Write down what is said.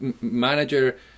manager